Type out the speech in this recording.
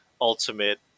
Ultimate